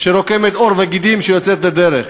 שקורמת עור וגידים ויוצאת לדרך.